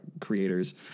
creators